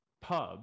pub